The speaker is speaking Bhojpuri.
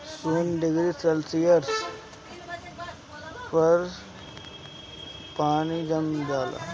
शून्य डिग्री सेंटीग्रेड पर पानी जम जाला